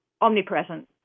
omnipresent